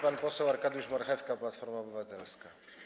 Pan poseł Arkadiusz Marchewka, Platforma Obywatelska.